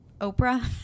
oprah